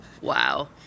Wow